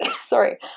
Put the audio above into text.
Sorry